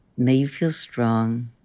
may you feel strong.